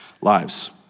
lives